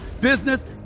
business